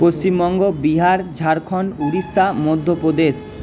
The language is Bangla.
পশ্চিমবঙ্গ বিহার ঝাড়খন্ড উড়িষ্যা মধ্যপ্রদেশ